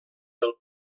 del